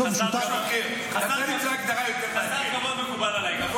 חסר מקובל עליי, נכון?